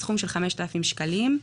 בסכום של 5,000 שקלים חדשים.